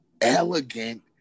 elegant